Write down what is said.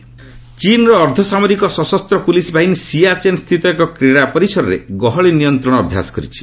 ଏଚ୍କେ ଚୀନା ର୍ୟାଲି ଚୀନ୍ର ଅର୍ଦ୍ଧସାମରିକ ସଶସ୍ତ ପୁଲିସ୍ ବାହିନୀ ସିଆଚେନ୍ ସ୍ଥିତ ଏକ କ୍ରୀଡ଼ା ପରିସରରେ ଗହଳି ନିୟନ୍ତ୍ରଣ ଅଭ୍ୟାସ କରିଛି